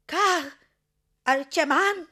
ką ar čia man